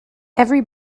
every